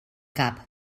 cap